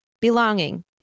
belonging